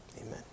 amen